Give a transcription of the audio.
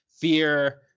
fear